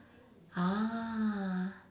!huh!